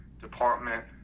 department